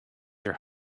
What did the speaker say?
your